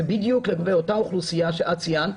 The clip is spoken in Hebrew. זה בדיוק אותה אוכלוסייה שאת ציינת,